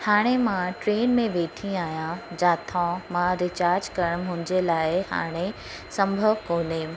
हाणे मां ट्रेन में वेठी आहियां जाथों मां रिचार्ज करण मुंहिंजे लाइ हाणे संभवु कोन्हे